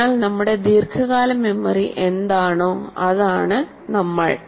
അതിനാൽ നമ്മുടെ ദീർഘകാല മെമ്മറി എന്താണോ അതാണ് നമ്മൾ